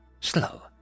slow